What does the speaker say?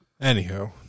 Anyhow